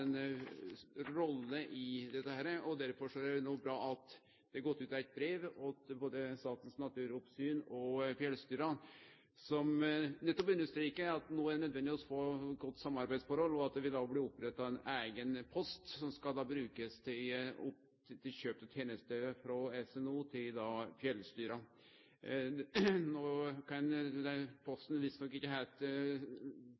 rolle i dette. Derfor er det no bra at det har gått ut eit brev til både Statens naturoppsyn og fjellstyra som nettopp understrekar at det er nødvendig å få eit godt samarbeidsforhold, og at det vil bli oppretta ein eigen post som skal brukast til kjøp av tenester frå SNO til fjellstyra. No kan den